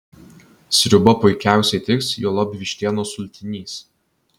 sriuba puikiausiai tiks juolab vištienos sultinys